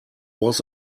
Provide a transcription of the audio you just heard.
was